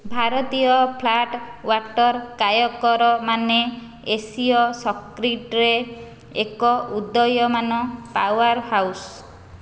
ଭାରତୀୟ flat water କାୟକର ମାନେ ଏସୀୟ ସର୍କିଟ୍ରେ ଏକ ଉଦୀୟମାନ ପାୱାର୍ ହାଉସ୍